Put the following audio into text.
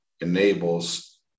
enables